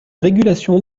régulation